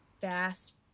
fast